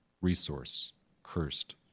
resource-cursed